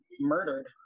murdered